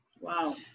Wow